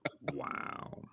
Wow